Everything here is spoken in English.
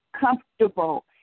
comfortable